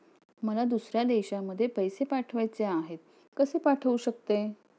मला दुसऱ्या देशामध्ये पैसे पाठवायचे आहेत कसे पाठवू शकते?